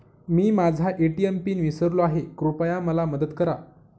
मी माझा ATM PIN विसरलो आहे, कृपया मला मदत करा